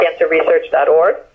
cancerresearch.org